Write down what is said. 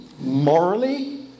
morally